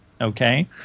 okay